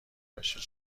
باشد